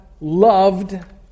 loved